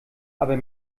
aber